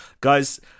Guys